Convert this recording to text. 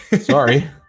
sorry